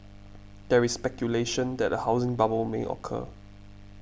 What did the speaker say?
there is speculation that a housing bubble may occur